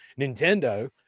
Nintendo